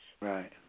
Right